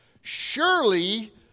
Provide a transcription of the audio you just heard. Surely